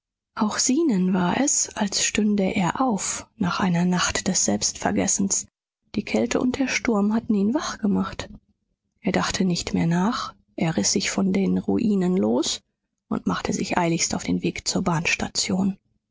auch zenon war es als stünde er auf nach einer nacht des selbstvergessens die kälte und der sturm hatten ihn wach gemacht er dachte nicht mehr nach er riß sich von den ruinen los und machte sich eiligst auf den weg zur bahnstation